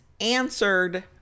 answered